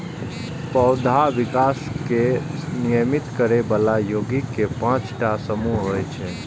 पौधाक विकास कें नियमित करै बला यौगिक के पांच टा समूह होइ छै